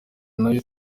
nayo